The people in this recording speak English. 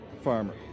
farmer